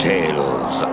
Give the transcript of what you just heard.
Tales